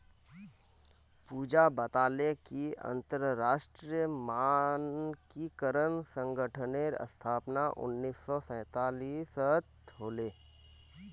पूजा बताले कि अंतरराष्ट्रीय मानकीकरण संगठनेर स्थापना उन्नीस सौ सैतालीसत होले